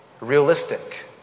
realistic